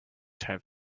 have